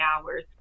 hours